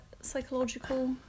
psychological